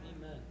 Amen